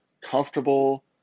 comfortable